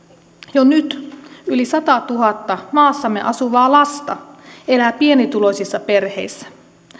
jo nyt yli satatuhatta maassamme asuvaa lasta elää pienituloisissa perheissä